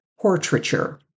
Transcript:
portraiture